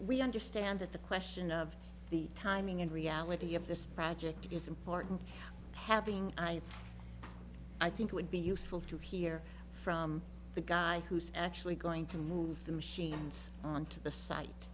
we understand that the question of the timing and reality of this project is important having i think it would be useful to hear from the guy who's actually going to move the machines on to the site